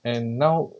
and now